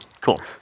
Cool